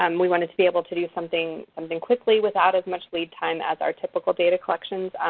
um we wanted to be able to do something something quickly without as much wait time as our typical data collections,